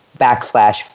backslash